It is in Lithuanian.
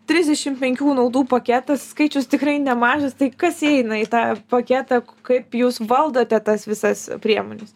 trisdešimt penkių naudų paketas skaičius tikrai nemažas tai kas įeina į tą paketą kaip jūs valdote tas visas priemones